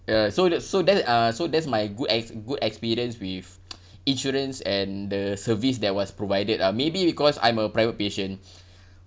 ya so that's so that's uh so that's my good ex~ good experience with insurance and the service that was provided ah maybe because I'm a private patient